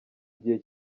igihe